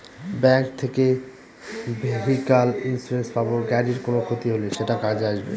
bank থেকে vehicle insurance পাব গাড়ির কোনো ক্ষতি হলে সেটা কাজে আসবে